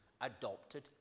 adopted